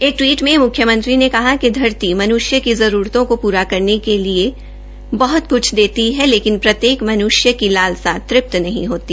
एक टवीट में म्ख्यमंत्री ने कहा कि धरती मन्ष्य की जरूरतों को पूरा करने के लिए बहत क्छ देती है लेकिन प्रत्येक मनृष्य की लालसा तुप्त नहीं होती